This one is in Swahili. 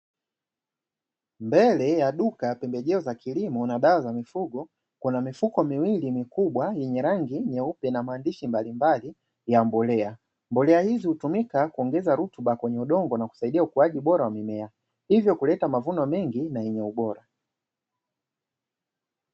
Mbele ya duka ya pembejeo za kilimo na dawa za mifugo, kuna mifuko miwili mikubwa yenye rangi nyeupe na maandishi mbalimbali ya mbolea. Mbolea hizi hutumika kuongeza rutuba kwenye udongo na kusaidia ukuaji bora wa mimea, hivyo kuleta mavuno mengi na yenye ubora.